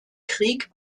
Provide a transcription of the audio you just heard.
krieg